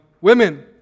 women